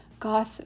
goth